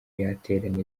yateranye